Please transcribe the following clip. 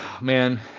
man